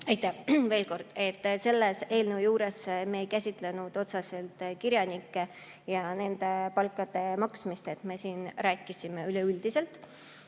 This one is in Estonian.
Aitäh! Veel kord: selle eelnõu juures me ei käsitlenud otseselt kirjanikke ja nendele palga maksmist. Me rääkisime üleüldiselt.